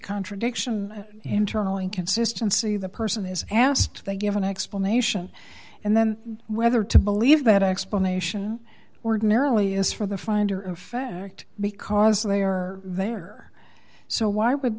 contradiction internal inconsistency the person is asked to give an explanation and then whether to believe that explanation ordinarily is for the finder of fact because they are there so why would